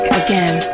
again